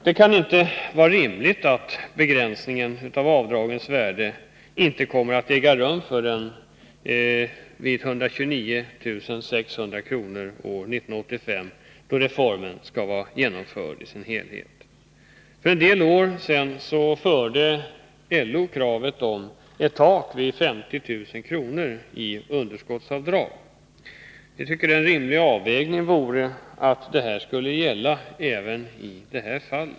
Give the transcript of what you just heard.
Det kan inte vara rimligt att begränsningen av avdragens värde inte kommer att äga rum förrän vid ett belopp på 129 600 kronor år 1985, då reformen skall vara genomförd i sin helhet. För en del år sedan ställde LO kravet på ett tak vid 50 000 kr. i underskottsavdrag. En rimlig avvägning vore enligt vår mening att det skulle gälla även i detta fall.